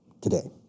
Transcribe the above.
today